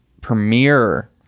premiere